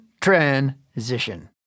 Transition